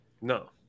No